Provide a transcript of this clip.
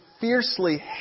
fiercely